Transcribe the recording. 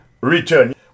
return